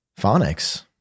Phonics